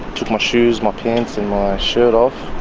took my shoes, my pants and my shirt off,